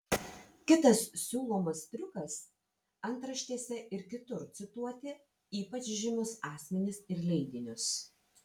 kitas siūlomas triukas antraštėse ir kitur cituoti ypač žymius asmenis ir leidinius